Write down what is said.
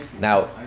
Now